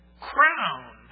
crown